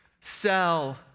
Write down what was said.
sell